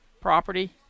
property